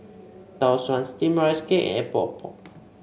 Tau Suan Steamed Rice Cake Epok Epok